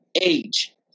age